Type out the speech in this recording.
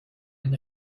ein